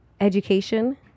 education